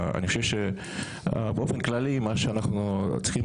אני חושב שבאופן כללי מה שאנחנו צריכים